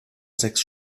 sechs